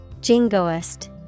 Jingoist